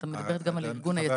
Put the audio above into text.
את מדברת גם על הארגון היציג?